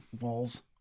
walls